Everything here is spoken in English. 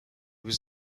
was